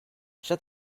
shut